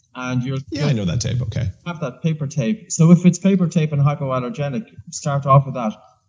and you'll yeah, i know that tape. okay um that paper tape. so if it's paper tape and hypoallergenic start off with that.